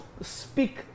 speak